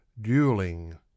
Dueling